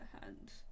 hand